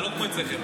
זה לא כמו אצלכם.